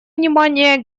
внимание